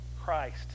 Christ